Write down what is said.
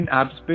apps